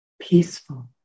peaceful